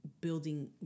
building